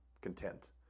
content